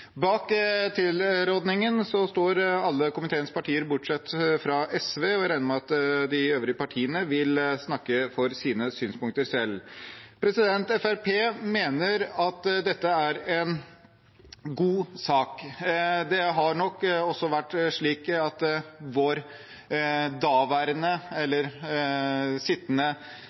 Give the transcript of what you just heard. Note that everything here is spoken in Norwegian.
Bak tilrådingen står alle komiteens partier, bortsett fra SV. Jeg regner med at de øvrige partiene selv vil snakke for sine synspunkter. Fremskrittspartiet mener at dette er en god sak. Det har nok også vært slik at vår daværende, eller sittende,